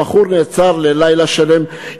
הבחור נעצר ללילה שלם,